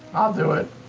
i'll do it.